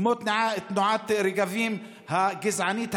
כמו תנועת רגבים הגזענית,